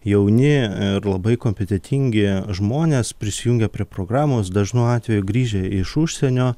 jauni ir labai kompetentingi žmonės prisijungia prie programos dažnu atveju grįžę iš užsienio